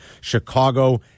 Chicago